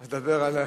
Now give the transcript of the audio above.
אז דבר על,